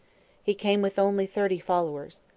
he came with only thirty followers.